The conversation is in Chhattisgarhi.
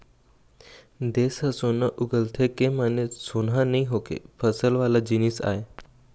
देस ह सोना उगलथे के माने सोनहा नइ होके फसल वाला जिनिस आय